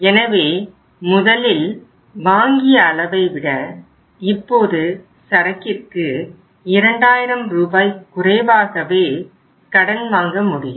எனவே முதலில் வாங்கிய அளவைவிட இப்போது சரக்கிற்கு 2000 ரூபாய் குறைவாகவே கடன் வாங்க முடியும்